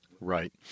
Right